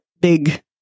big